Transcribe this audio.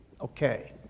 okay